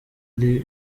ari